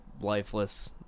lifeless